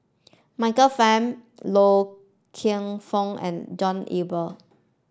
Michael Fam Loy Keng Foo and John Eber